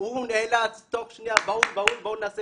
נאלץ תוך שנייה לעשות ישיבה